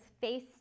face